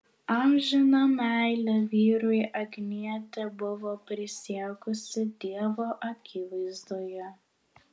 amžiną meilę vyrui agnietė buvo prisiekusi dievo akivaizdoje